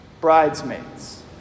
bridesmaids